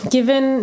Given